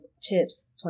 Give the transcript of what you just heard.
chips